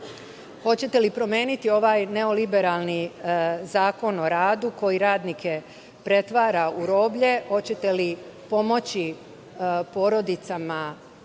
Hoćete li promeniti ovaj neoliberalni Zakon o radu koji radnike pretvara u roblje? Hoćete li pomoći porodicama